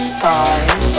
five